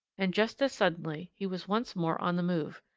and just as suddenly he was once more on the move,